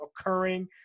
occurring